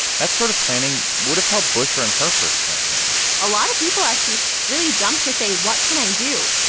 that sort of planning would have helped bushra in her first campaign a lot of people actually really jumped to say, what can i do?